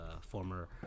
former